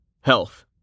Health